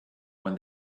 when